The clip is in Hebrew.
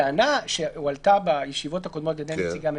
הטענה שהועלתה בישיבות הקודמות על ידי נציגי הממשלה,